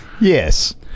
Yes